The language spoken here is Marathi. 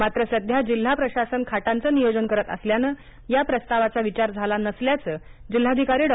मात्र सध्या जिल्हा प्रशासन खाटाचं नियोजन करत असल्यानं या प्रस्तावाचा विचार झाला नसल्याचं जिल्हाधिकारी डॉ